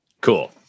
Cool